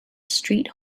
city